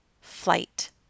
flight